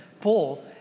Paul